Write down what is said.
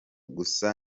gusa